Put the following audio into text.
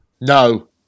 No